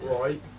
right